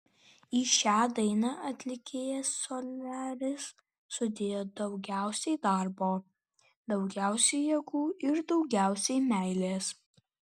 į šią dainą atlikėjas soliaris sudėjo daugiausiai darbo daugiausiai jėgų ir daugiausiai meilės